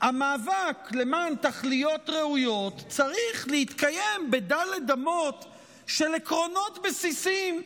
המאבק למען תכליות ראויות צריך להתקיים בד' אמות של עקרונות בסיסיים,